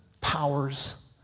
powers